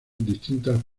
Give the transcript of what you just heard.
distintas